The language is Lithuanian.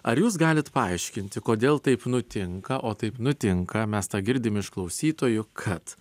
ar jūs galit paaiškinti kodėl taip nutinka o taip nutinka mes tą girdim iš klausytojų kad